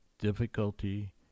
difficulty